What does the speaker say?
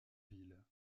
ville